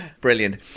Brilliant